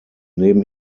neben